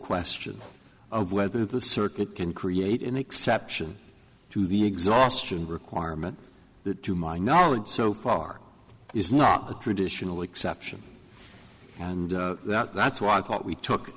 question of whether the circuit can create an exception to the exhaustion requirement that to my knowledge so far is not the traditional exception and that's why i thought we took